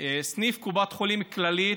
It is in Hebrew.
סניף קופת חולים כללית,